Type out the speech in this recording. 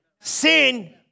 sin